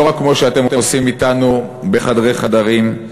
לא רק כמו שאתם עושים אתנו בחדרי חדרים,